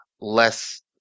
less